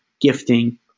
gifting